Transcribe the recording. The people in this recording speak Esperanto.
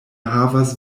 havas